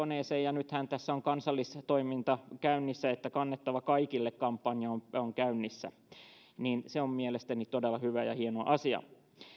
nythän tässä on kansalaistoiminta käynnissä kaikille kone kampanja on on käynnissä se on mielestäni todella hyvä ja hieno asia